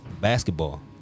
Basketball